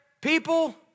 people